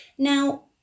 Now